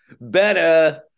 Better